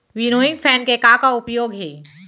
Winnowing fan के का का उपयोग हे?